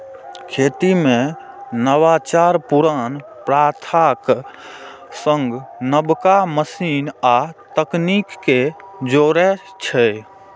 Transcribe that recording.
खेती मे नवाचार पुरान प्रथाक संग नबका मशीन आ तकनीक कें जोड़ै छै